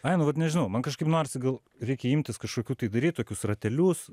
ai nu vat nežinau man kažkaip norisi gal reikia imtis kažkokių tai daryt tokius ratelius